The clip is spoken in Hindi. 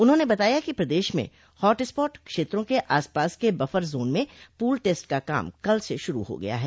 उन्होंने बताया कि प्रदेश में हॉट स्पॉट क्षेत्रों के आसपास के बफर जोन में पूल टेस्ट का काम कल से श्रू हो गया है